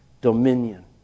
dominion